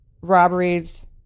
robberies